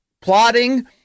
plotting